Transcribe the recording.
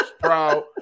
proud